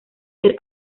ser